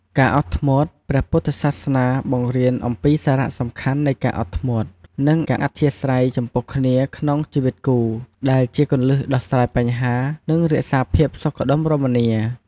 ការអត់ធ្មត់ ព្រះពុទ្ធសាសនាបង្រៀនអំពីសារៈសំខាន់នៃការអត់ធ្មត់ និងការអធ្យាស្រ័យចំពោះគ្នាក្នុងជីវិតគូ ដែលជាគន្លឹះដោះស្រាយបញ្ហា និងរក្សាភាពសុខដុមរមនា។